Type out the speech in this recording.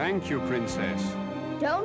i don't